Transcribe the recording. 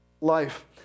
life